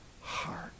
heart